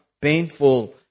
painful